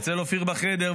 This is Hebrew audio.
אצל אופיר בחדר,